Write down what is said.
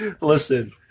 Listen